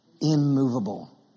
Immovable